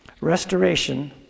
Restoration